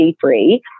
free